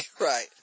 right